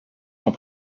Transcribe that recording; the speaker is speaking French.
sont